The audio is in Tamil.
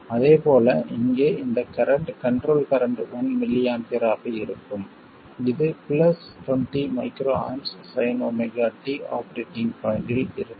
அதேபோல இங்கே இந்த கரண்ட் கண்ட்ரோல் கரண்ட் 1mA ஆக இருக்கும் இது plus 20µA sin ωt operating பாய்ண்ட்டில் இருக்கும்